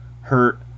hurt